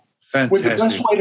Fantastic